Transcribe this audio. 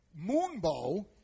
moonbow